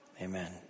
Amen